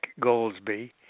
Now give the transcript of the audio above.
Goldsby